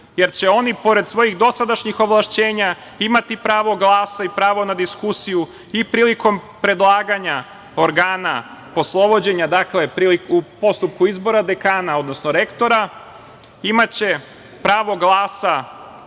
jer će oni, pored svojih dosadašnjih ovlašćenja, imati i pravo glasa i pravo na diskusiju i prilikom predlaganja organa poslovođenja, dakle u postupku izbora dekana, odnosno rektora. Imaće pravo glasa